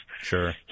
Sure